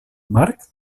marc